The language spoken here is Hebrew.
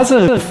מה זה רפורמה?